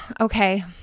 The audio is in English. okay